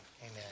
amen